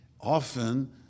Often